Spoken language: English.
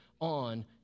on